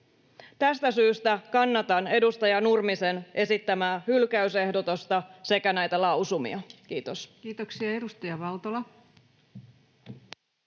Tästä syystä kannatan edustaja Nurmisen esittämää hylkäysehdotusta sekä näitä lausumia. — Kiitos. [Speech 122]